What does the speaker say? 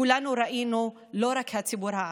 כולנו ראינו, לא רק הציבור הערבי.